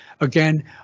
Again